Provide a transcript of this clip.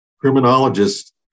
criminologists